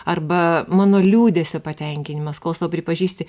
arba mano liūdesio patenkinimas kol sau pripažįsti